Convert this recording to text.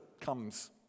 comes